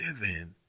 living